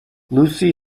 lucy